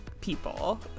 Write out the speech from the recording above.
people